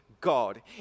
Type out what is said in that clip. God